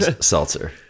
seltzer